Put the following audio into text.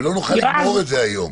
ולא נוכל לגמור את זה היום.